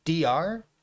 dr